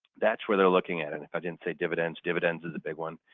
that's where they're looking at and if i didn't say dividends, dividends is a big one.